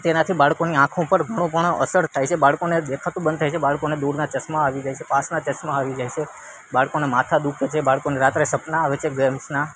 તેનાથી બાળકોની આંખો પર ઘણી પણ અસર થાય છે બાળકોને દેખાતું બંધ થાય છે બાળકોને દૂરના ચશ્મા આવી જાય છે પાસેના ચશ્મા આવી જાય છે બાળકોના માથા દુઃખે છે બાળકોને રાત્રે સપના આવે છે ગેમ્સના